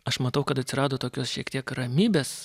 aš matau kad atsirado tokios šiek tiek ramybės